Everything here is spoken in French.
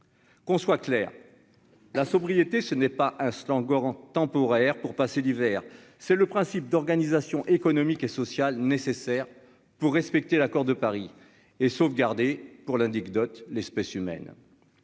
qu'on soit clair, la sobriété, ce n'est pas un instant Goran temporaire pour passer l'hiver, c'est le principe d'organisation économique et sociale nécessaire pour respecter l'accord de Paris et sauvegarder pour l'indique dot l'espèce humaine,